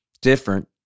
different